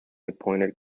appointed